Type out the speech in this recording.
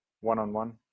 one-on-one